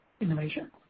innovation